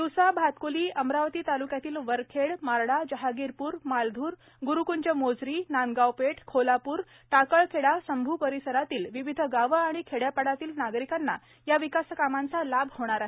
तिवसा भातक्ली अमरावती तालुक्यातील वरखेड मार्डा जहागीरपूर मालधूर ग्रुकंज मोझरी नांदगावपेठ खोलापूर टाकळखेडा संभू परिसरातील विविध गावे आणि खेड्यापाड्यातील नागरिकांना या विकासकामांचा लाभ होणार आहे